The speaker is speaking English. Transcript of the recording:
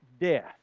death